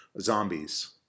zombies